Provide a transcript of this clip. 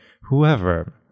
whoever